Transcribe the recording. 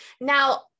Now